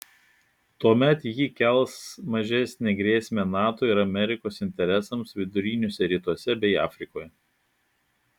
tuomet ji kels mažesnę grėsmę nato ir amerikos interesams viduriniuose rytuose bei afrikoje